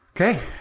Okay